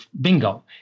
bingo